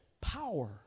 power